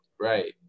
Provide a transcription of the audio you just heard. right